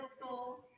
school